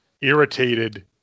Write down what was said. irritated